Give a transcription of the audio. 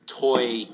toy